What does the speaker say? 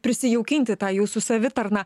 prisijaukinti tą jūsų savitarną